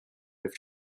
move